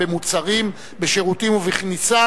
מוזיאונים וביטול סייג לכהונה במרכזי ההנצחה